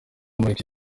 mureke